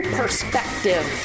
perspective